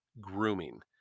grooming